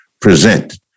present